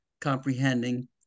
comprehending